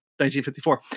1954